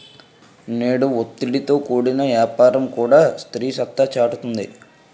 నేడు ఒత్తిడితో కూడిన యాపారంలో కూడా స్త్రీ సత్తా సాటుతుంది